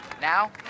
Now